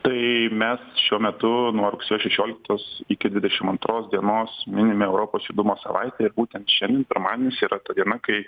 tai mes šiuo metu nuo rugsėjo šešioliktos iki dvidešim antros dienos minime europos judumo savaitę ir būtent šiandien pirmadienis yra ta diena kai